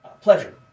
Pleasure